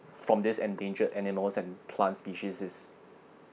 from this endangered animals and plants species is